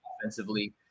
offensively